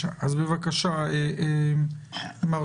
החוק